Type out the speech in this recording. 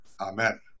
Amen